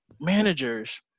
managers